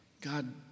God